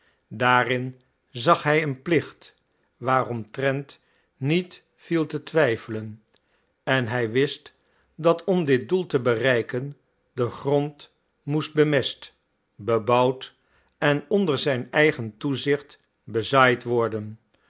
daarin zag hij een plicht waaromtrent niet viel te twijfelen en hij wist dat om dit doel te bereiken de grond moest bemest bebouwd en onder zijn eigen toezicht bezaaid worden